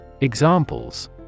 Examples